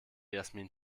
jasmin